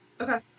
Okay